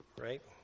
right